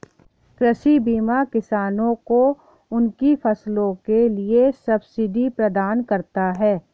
कृषि बीमा किसानों को उनकी फसलों के लिए सब्सिडी प्रदान करता है